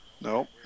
No